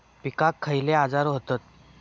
पिकांक खयले आजार व्हतत?